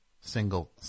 Single